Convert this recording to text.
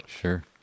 Sure